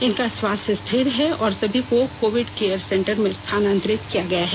इनका स्वास्थ्य स्थिर है और सभी को कोविड केयर सेंटर में स्थान्तरित किया गया है